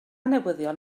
newyddion